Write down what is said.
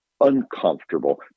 uncomfortable